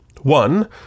One